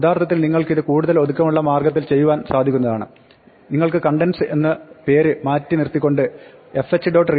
യഥാർത്ഥത്തിൽ നിങ്ങൾക്കിത് കൂടുതൽ ഒതുക്കമുള്ള മാർഗ്ഗത്തിൽ ചെയ്യുവാൻ സാധിക്കുന്നതാണ് നിങ്ങൾക്ക് contents എന്ന പേര് മാറ്റിനിർത്തിക്കൊണ്ട് fh